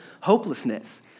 hopelessness